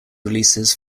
releases